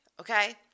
okay